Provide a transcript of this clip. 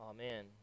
Amen